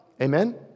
Amen